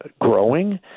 growing